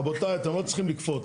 רבותיי, אתם לא צריכים לקפוץ.